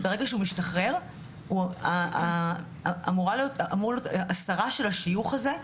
ברגע שהוא משתחרר אמורה להיות הסרה של השיוך הזה,